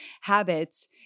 habits